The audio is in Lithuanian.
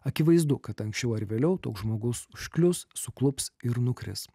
akivaizdu kad anksčiau ar vėliau toks žmogus užklius suklups ir nukris